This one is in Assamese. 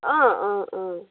অঁ অঁ অঁ